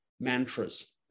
mantras